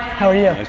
how are you?